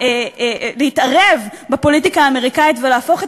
להתערב בפוליטיקה האמריקנית ולהפוך את